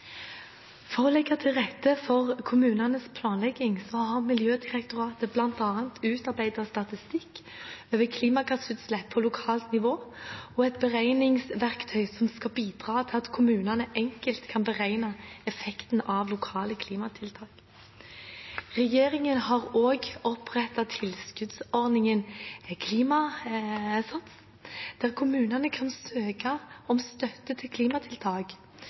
For å legge til rette for kommunenes planlegging har Miljødirektoratet bl.a. utarbeidet statistikk over klimagassutslipp på lokalt nivå og et beregningsverktøy som skal bidra til at kommunene enkelt kan beregne effekten av lokale klimatiltak. Regjeringen har også opprettet tilskuddsordningen Klimasats, der kommunene kan søke om støtte til klimatiltak.